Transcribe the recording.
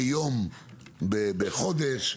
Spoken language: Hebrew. שבדברים האלה יהיה יום בחודש,